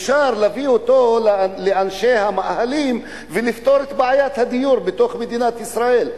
אפשר להביא אותו לאנשי המאהלים ולפתור את בעיית הדיור בתוך מדינת ישראל.